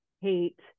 hate